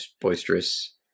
boisterous